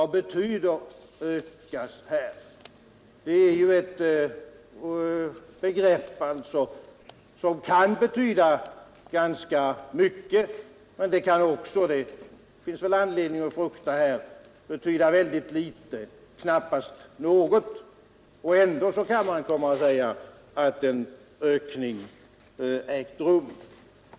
Det kan betyda att detta antal ökas mycket, men det kan också — och det finns det väl anledning att frukta — betyda att antalet ökas litet, knappast något. Man kan ändå säga att en ökning ägt rum.